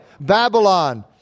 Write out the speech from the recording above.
Babylon